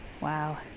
Wow